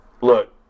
look